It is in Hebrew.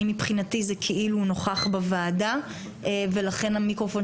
מבחינתי זה כאילו הוא נוכח בוועדה ולכן המיקרופון